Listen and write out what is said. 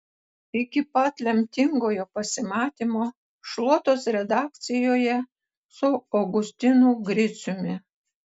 iki pat lemtingojo pasimatymo šluotos redakcijoje su augustinu griciumi